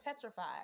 petrified